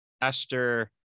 esther